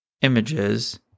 images